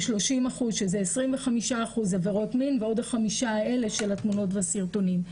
כ-30% שזה 25% עבירות מין ועוד 5% של התמונות והסרטונים.